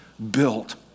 built